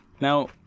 Now